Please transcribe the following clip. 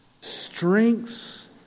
strengths